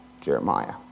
Jeremiah